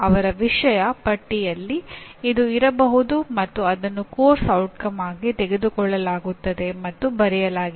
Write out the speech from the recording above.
ಅವರ ವಿಷಯ ಪಟ್ಟಿಯಲ್ಲಿ ಇದು ಇರಬಹುದು ಮತ್ತು ಅದನ್ನು ಪಠ್ಯಕ್ರಮದ ಪರಿಣಾಮವಾಗಿ ತೆಗೆದುಕೊಳ್ಳಲಾಗುತ್ತದೆ ಮತ್ತು ಬರೆಯಲಾಗಿದೆ